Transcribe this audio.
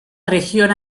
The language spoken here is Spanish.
región